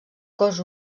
cos